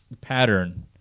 pattern